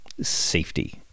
Safety